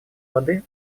воды